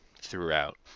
throughout